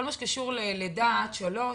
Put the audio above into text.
כל מה שקשור ללידה עד שלוש,